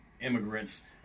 Immigrants